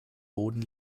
boden